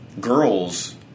girls